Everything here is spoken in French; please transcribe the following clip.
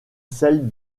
celle